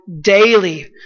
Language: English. daily